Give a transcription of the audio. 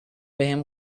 بهم